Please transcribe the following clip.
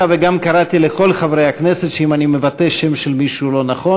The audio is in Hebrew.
וגם קראתי לכל חברי הכנסת שאם אני מבטא שם של מישהו לא נכון,